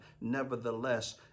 Nevertheless